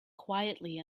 quietly